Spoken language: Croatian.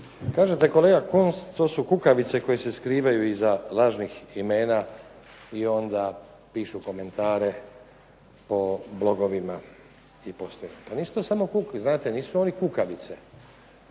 Kažete, kolega Kunst, to su kukavice koje se skrivaju iza lažnih imena i onda pišu komentare po blogovima i postovima. Znate, nisu oni kukavice.